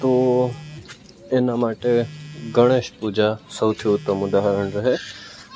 તો તેના માટે ગણેશ પૂજા સૌથી ઉત્તમ ઉદાહરણ રહે